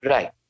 Right